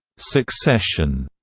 succession,